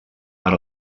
per